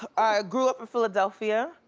i grew up in philadelphia.